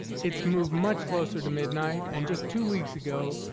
it's moved much closer to midnight, and just two weeks ago,